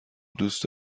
دوست